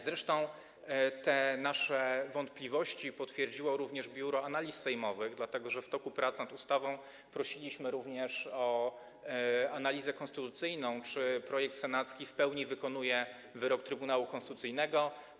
Zresztą te nasze wątpliwości potwierdziło również Biuro Analiz Sejmowych, dlatego że w toku prac nad ustawą prosiliśmy również o analizę konstytucyjną, czy projekt senacki w pełni wykonuje wyrok Trybunału Konstytucyjnego.